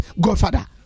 godfather